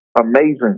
amazing